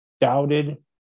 doubted